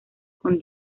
con